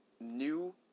new